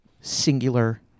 singular